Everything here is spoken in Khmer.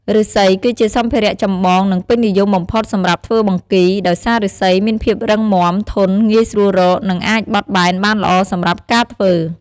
ឫស្សី គឺជាសម្ភារៈចម្បង និងពេញនិយមបំផុតសម្រាប់ធ្វើបង្គី ដោយសារឫស្សីមានភាពរឹងមាំ ធន់ ងាយស្រួលរក និងអាចបត់បែនបានល្អសម្រាប់ការធ្វើ។